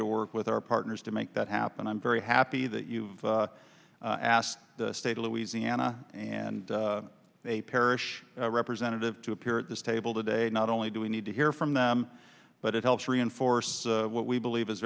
to work with our partners to make that happen i'm very happy that you asked the state of louisiana and a parish representative to appear at this table today not only do we need to hear from them but it helps reinforce what we believe is